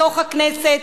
בתוך הכנסת,